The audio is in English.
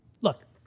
Look